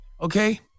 Okay